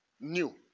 New